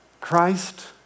Christ